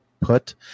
put